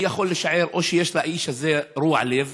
אני יכול לשער שאו שיש לאיש הזה רוע לב